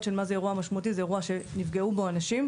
של מה זה אירוע משמעותי זה אירוע שנפגעו בו אנשים,